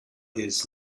his